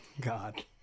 God